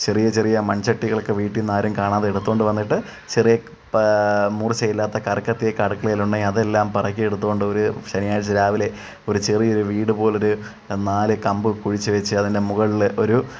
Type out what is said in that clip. ചെറിയ ചെറിയ മൺചട്ടികൾക്ക് വീട്ടീന്നാരും കാണാതെടുത്തോണ്ട് വന്നിട്ട് ചെറിയ മൂർച്ചയില്ലത്ത കറിക്കത്തിയക്കെ അടുക്കളേലുണ്ടെങ്കിൽ അതെല്ലാം പെറുക്കി എടുത്തോണ്ടൊരു ശനിയാഴ്ച രാവിലെ ഒരു ചെറിയൊരു വീട് പോലൊരു നാല് കമ്പ് കുഴിച്ച് വെച്ച് അതിന്റെ മുകളിൽ ഒരു